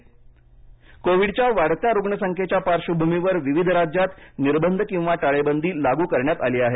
निर्बंध कोविडच्या वाढत्या रुग्णसंख्येच्या पार्श्वभूमीवर विविध राज्यात निर्बंध किंवा टाळेबंदी लागू करण्यात आले आहेत